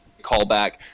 callback